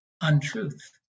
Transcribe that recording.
untruth